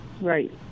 Right